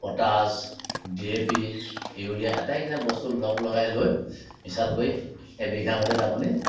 potash D A P আটাইকেইটা বস্তু লগ লগাই লৈ মিছাল কৰি এবিঘা মাটিত আপুনি